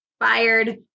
fired